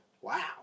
wow